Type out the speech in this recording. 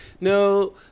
no